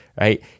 right